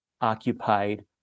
occupied